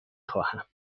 خواهم